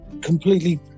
completely